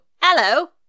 Hello